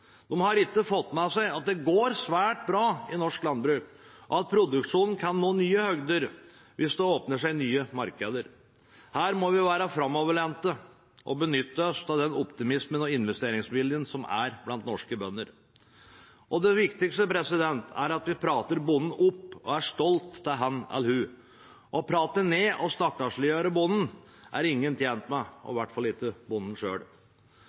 De har ikke fått med seg at det går svært bra i norsk landbruk, og at produksjonen kan nå nye høyder hvis det åpner seg nye markeder. Her må vi være framoverlente og benytte oss av den optimismen og investeringsviljen som er blant norske bønder. Det viktigste er at vi prater bonden opp og er stolt av ham eller henne. Å prate ned og stakkarsliggjøre bonden er ingen tjent med, i hvert fall ikke bonden